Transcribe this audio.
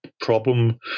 problem